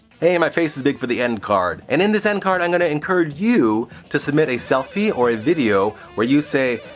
hey, my face is big for the end card! and in this end card i'm going to encourage you to submit a selfie or a video where you say,